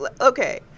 okay